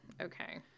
okay